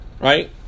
right